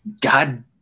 God